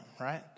right